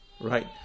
Right